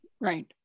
Right